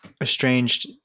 estranged